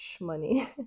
money